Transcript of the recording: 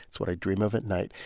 that's what i dream of at night.